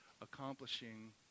accomplishing